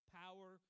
power